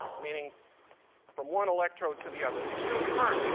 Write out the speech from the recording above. meaning from one electrode to the other. the tube current.